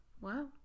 Wow